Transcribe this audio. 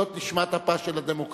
זאת נשמת אפה של הדמוקרטיה,